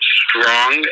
strong